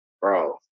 Bro